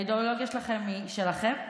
האידיאולוגיה שלכם היא שלכם,